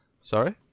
Sorry